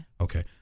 Okay